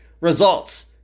results